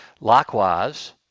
Likewise